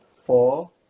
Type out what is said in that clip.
four